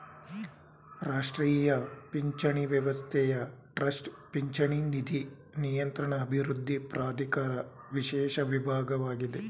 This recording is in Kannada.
ರಾಷ್ಟ್ರೀಯ ಪಿಂಚಣಿ ವ್ಯವಸ್ಥೆಯ ಟ್ರಸ್ಟ್ ಪಿಂಚಣಿ ನಿಧಿ ನಿಯಂತ್ರಣ ಅಭಿವೃದ್ಧಿ ಪ್ರಾಧಿಕಾರ ವಿಶೇಷ ವಿಭಾಗವಾಗಿದೆ